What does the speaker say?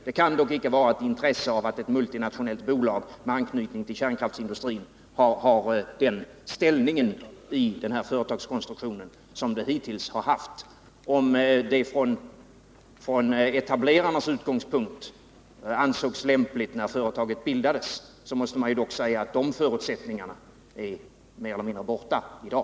Det kan dock icke finnas ett intresse av att ett multinationellt bolag, med anknytning till kärnkraftsindustrin, har den ställningen i denna företagskonstruktion som det hittills haft. Om det från etablerarnas utgångspunkt ansågs lämpligt när företaget bildades, måste man dock säga att de förutsättningarna är mer eller mindre borta i dag.